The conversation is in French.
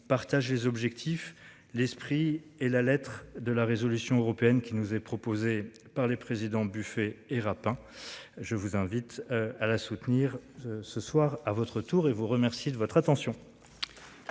partage les objectifs l'esprit et la lettre de la résolution européenne qui nous est proposé par les présidents buffet et Erap hein. Je vous invite à la soutenir ce soir à votre tour et vous remercie de votre attention.